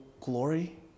glory